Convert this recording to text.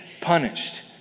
punished